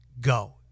Go